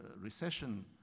recession